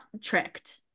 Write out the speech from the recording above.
tricked